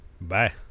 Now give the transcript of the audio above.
Bye